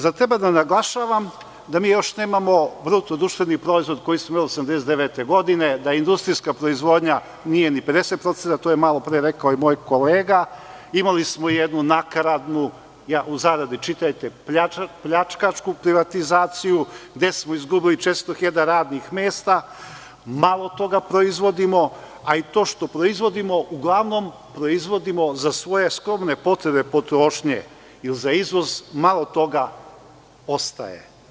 Zar treba da naglašavam da mi još nemamo bruto društveni proizvod koji smo imali 1989. godine, da industrijska proizvodnja nije ni 50%, to je malo pre rekao i moj kolega, imali smo jednu nakaradnu pljačkašku privatizaciju, gde smo izgubili 400 hiljada radnih mesta, malo toga proizvodimo, a i to što proizvodimo, uglavnom proizvodimo za svoje skromne potrebe potrošnje, jer za izvoz malo toga ostaje.